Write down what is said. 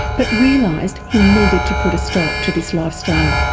but realised he needed to put a stop to this lifestyle.